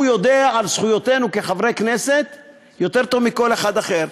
הוא יודע על זכויותינו כחברי כנסת יותר טוב מכל אחד אחר.